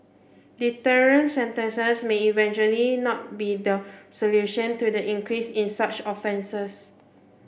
deterrent sentences may eventually not be the solution to the increase in such offences